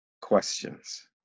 questions